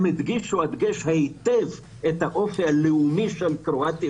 הם הדגישו הדגש היטב את האופי הלאומי של קרואטיה,